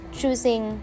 choosing